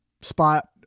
spot